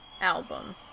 album